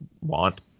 want